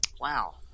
Wow